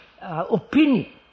opinion